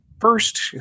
first